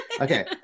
Okay